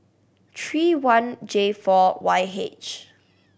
three one J four Y H